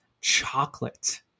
chocolate